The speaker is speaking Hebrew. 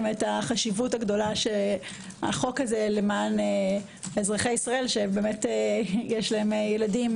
את החשיבות של החוק למען אזרחי ישראל שיש להם ילדים,